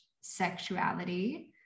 sexuality